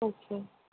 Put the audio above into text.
আচ্ছা